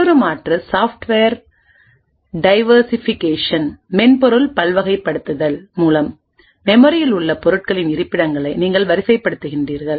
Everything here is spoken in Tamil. மற்றொரு மாற்று சாப்ட்வேர் டைவர்சிஃபிகேஷன்மென்பொருள் பல்வகைப்படுத்தல் மூலம் மெமரியில் உள்ள பொருட்களின் இருப்பிடங்களை நீங்கள் வரிசைப்படுத்துகிறீர்கள்